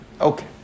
Okay